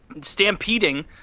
stampeding